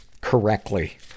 correctly